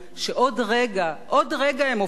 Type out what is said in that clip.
עוד רגע הם הופכים לפקודת מבצע.